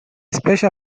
specie